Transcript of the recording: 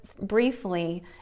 Briefly